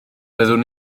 byddwn